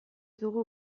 dugu